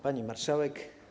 Pani Marszałek!